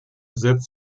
setzt